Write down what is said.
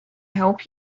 help